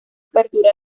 apertura